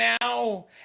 now